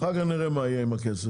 אחר כך נראה מה יהיה עם הכסף.